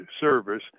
service